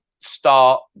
start